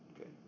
Okay